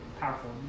powerful